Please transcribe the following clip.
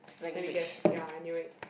let me guess ya I knew it